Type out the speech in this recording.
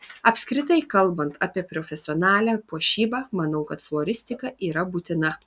apskritai kalbant apie profesionalią puošybą manau kad floristika yra būtina